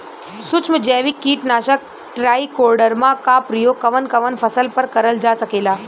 सुक्ष्म जैविक कीट नाशक ट्राइकोडर्मा क प्रयोग कवन कवन फसल पर करल जा सकेला?